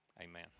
amen